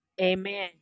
Amen